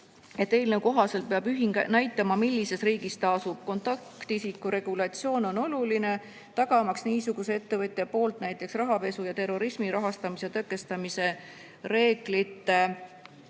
eelnõu kohaselt peab ühing näitama, millises riigis ta asub. Kontaktisiku regulatsioon on oluline, tagamaks niisuguse ettevõtja poolt näiteks rahapesu ja terrorismi rahastamise tõkestamise reeglite